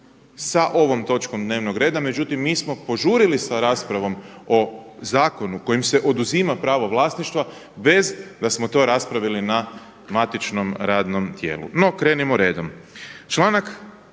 sa ovom točkom dnevnog reda, međutim mi smo požurili sa raspravom o zakonu kojim se oduzima pravo vlasništva bez da smo to raspravili na matičnom radnom tijelu. No, krenimo redom.